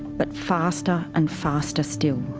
but faster and faster still.